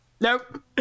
Nope